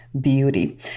beauty